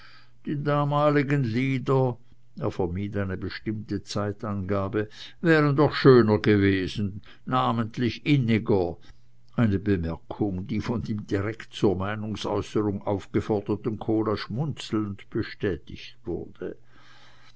die damaligen lieder er vermied eine bestimmte zeitangabe wären doch schöner gewesen namentlich inniger eine bemerkung die von dem direkt zur meinungsäußerung aufgeforderten krola schmunzelnd bestätigt wurde